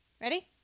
Ready